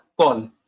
call